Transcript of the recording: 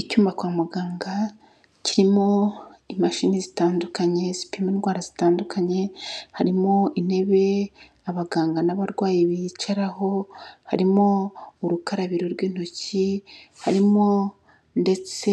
Icyuma kwa muganga kirimo imashini zitandukanye zipima indwara zitandukanye, harimo intebe, abaganga n'abarwayi bicaraho, harimo urukarabiro rw'intoki, harimo ndetse